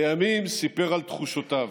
לימים סיפר על תחושותיו,